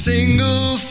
Single